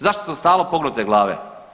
Zašto smo stalno pognute glave?